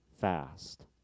fast